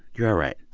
you're ah right.